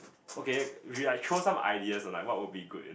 okay we like throw some ideas on like what would be good